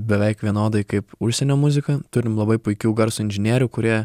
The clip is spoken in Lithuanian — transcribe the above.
beveik vienodai kaip užsienio muzika turim labai puikių garso inžinierių kurie